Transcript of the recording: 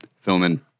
filming